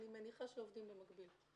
אני מניחה שעובדים במקביל.